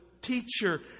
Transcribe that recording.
teacher